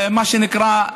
מה שנקרא,